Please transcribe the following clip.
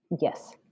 Yes